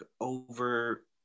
over